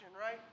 right